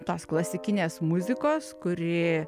tos klasikinės muzikos kuri